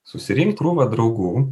susirinkt krūvą draugų